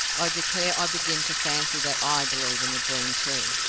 i declare i begin to fancy that i believe in the dream too!